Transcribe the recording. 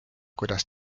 kuidas